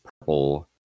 purple